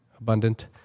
abundant